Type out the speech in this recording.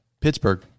Pittsburgh